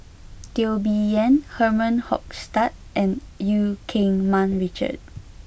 Teo Bee Yen Herman Hochstadt and Eu Keng Mun Richard